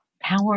Power